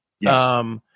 Yes